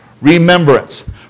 Remembrance